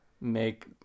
Make